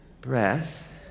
breath